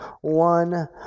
one